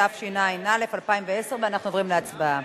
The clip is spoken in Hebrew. התשע"א 2010. אנחנו עוברים להצבעה.